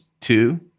two